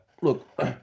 look